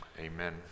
Amen